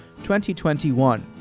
2021